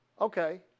Okay